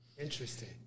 Interesting